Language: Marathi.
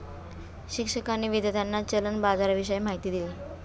शिक्षकांनी विद्यार्थ्यांना चलन बाजाराविषयी माहिती दिली